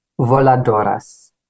Voladoras